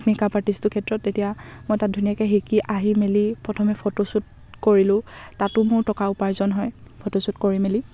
makeup আৰ্টিষ্টটোৰ ক্ষেত্ৰত তেতিয়া মই তাত ধুনীয়াকৈ শিকি আহি মেলি প্ৰথমে ফটোশ্বুট কৰিলোঁ তাতো মোৰ টকা উপাৰ্জন হয় ফটোশ্বুট কৰি মেলি